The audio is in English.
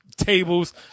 tables